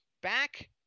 Back